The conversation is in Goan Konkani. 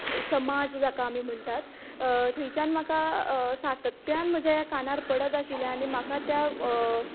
समाज जाका आमी म्हणटात थंयच्यान म्हाका सातत्यान म्हज्या कानार पडत आशिल्लें आनी म्हाका त्या